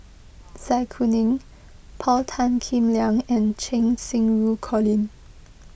Zai Kuning Paul Tan Kim Liang and Cheng Xinru Colin